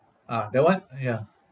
ah that [one] ah ya